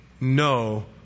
no